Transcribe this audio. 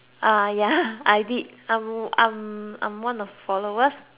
ah ya I did I'm I'm I'm one of the followers